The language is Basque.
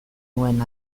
nuen